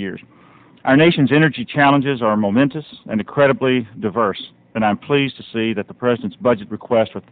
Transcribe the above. years our nation's energy challenges are momentous and incredibly diverse and i'm pleased to see that the president's budget request for